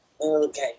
Okay